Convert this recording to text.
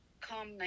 come